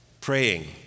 praying